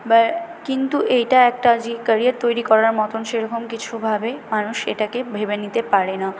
বা কিন্তু এইটা একটা যে ক্যারিয়ার তৈরি করার মতন সেই রকম কিছু ভাবে মানুষ সেটাকে ভেবে নিতে পারে না